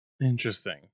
Interesting